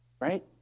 Right